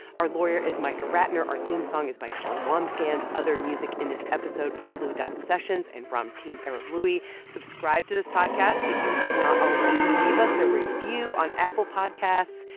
our lawyer is micah ratner. our theme song is by colin wambsgans. other music in this episode from blue dot sessions and ramtin arablouei. subscribe to this podcast if you have not already. leave us a review on apple podcasts.